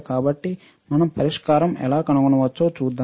కాబట్టి మనం పరిష్కారం ఎలాకనుగొనవచ్చోచూద్దాం